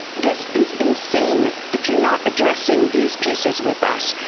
this is insane, that you're not addressing these pieces with us.